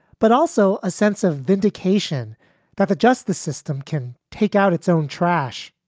but also a sense of vindication that the justice system can take out its own trash.